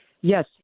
Yes